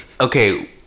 okay